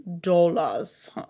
dollars